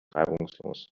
reibungslos